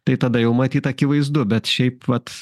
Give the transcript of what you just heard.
tai tada jau matyt akivaizdu bet šiaip vat